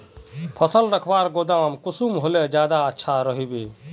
फसल रखवार गोदाम कुंसम होले ज्यादा अच्छा रहिबे?